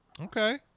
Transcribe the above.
Okay